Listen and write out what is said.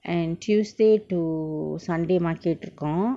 and tuesday to sunday market இருக்கு:irukku